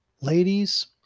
ladies